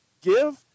give